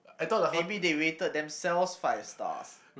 maybe they rated themselves five stars